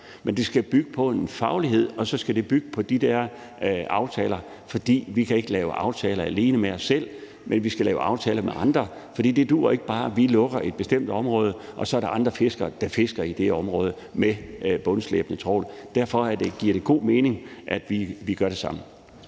men det skal bygge på en faglighed, og så skal det bygge på de der aftaler, for vi kan ikke lave aftaler alene med os selv. Vi skal lave aftaler med andre, for det duer ikke, at vi bare lukker et bestemt område, og at så er der andre fiskere, der fisker i det område med bundslæbende trawl. Derfor giver det god mening, at vi gør det sammen.